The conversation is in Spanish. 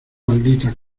maldita